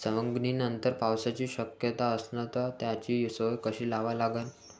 सवंगनीनंतर पावसाची शक्यता असन त त्याची सोय कशी लावा लागन?